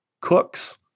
cooks